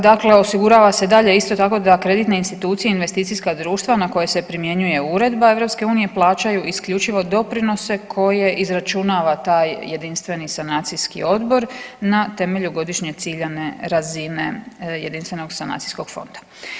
Dakle, osigurava se dalje isto tako da kreditne institucije i investicijska društva na koje se primjenjuje uredba EU plaćaju isključivo doprinose koje izračunava taj Jedinstveni sanacijski odbor na temelju godišnje ciljane razine Jedinstvenog sanacijskog fonda.